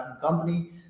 company